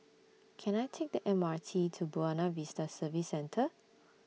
Can I Take The M R T to Buona Vista Service Centre